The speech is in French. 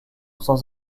sans